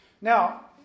Now